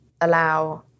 allow